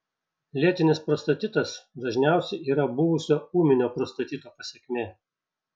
lėtinis prostatitas dažniausiai yra buvusio ūminio prostatito pasekmė